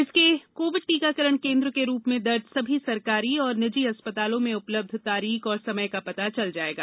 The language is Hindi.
इसके कोविड टीकाकरण केन्द्र के रूप में दर्ज सभी सरकारी और निजी अस्पतालों में उपलब्ध तारीख और समय का पता चल जाएगा